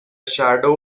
shadow